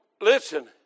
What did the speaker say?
listen